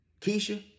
Keisha